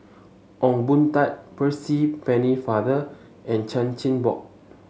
Ong Boon Tat Percy Pennefather and Chan Chin Bock